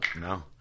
no